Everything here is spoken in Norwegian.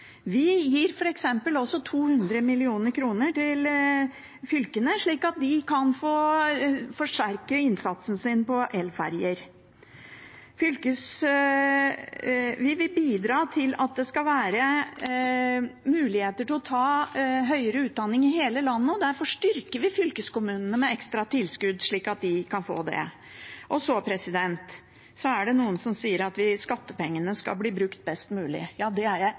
Vi gir f.eks. 200 mill. kr til fylkene, slik at de kan forsterke innsatsen sin for elferjer. Vi vil bidra til at det skal være muligheter til å ta høyere utdanning i hele landet, og derfor styrker vi fylkeskommunene med ekstra tilskudd, slik at de kan få det. Det er noen som sier at skattepengene skal bli brukt best mulig. Ja, det er jeg